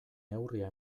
neurria